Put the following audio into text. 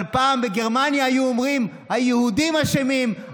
אבל פעם בגרמניה היו אומרים: היהודים אשמים,